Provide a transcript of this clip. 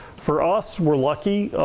for us, we're lucky.